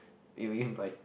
you mean by